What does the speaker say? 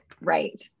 Right